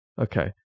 okay